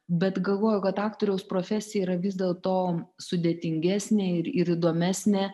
bet galvoju kad aktoriaus profesija yra vis dėlto sudėtingesnė ir ir įdomesnė